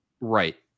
Right